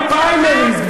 מהפריימריז?